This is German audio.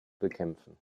bekämpfen